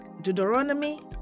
Deuteronomy